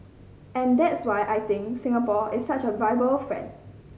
and that's why I think Singapore is such a viable friend